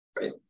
Right